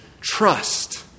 trust